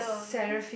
Poseidon